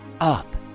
Up